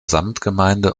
samtgemeinde